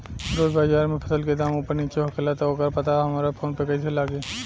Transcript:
रोज़ बाज़ार मे फसल के दाम ऊपर नीचे होखेला त ओकर पता हमरा फोन मे कैसे लागी?